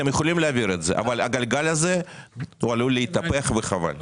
אבל הגלגל הזה עלול להתהפך וחבל.